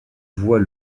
voit